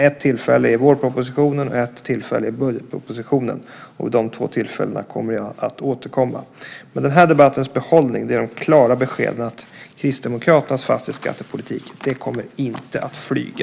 Ett tillfälle är vårpropositionen och ett tillfälle är budgetpropositionen. Vid de två tillfällena återkommer jag. Behållningen av den här debatten är det klara beskedet att Kristdemokraternas fastighetsskattepolitik inte kommer att flyga.